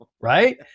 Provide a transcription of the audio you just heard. right